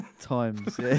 Times